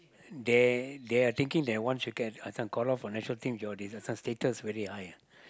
they they are thinking that once you get uh this one get called out for national team your this one status very high ah